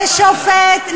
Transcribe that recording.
לשופט,